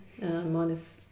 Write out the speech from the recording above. minus